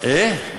ועדת הכנסת.